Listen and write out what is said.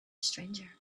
stranger